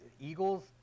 Eagles